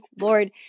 Lord